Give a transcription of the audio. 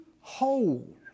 hold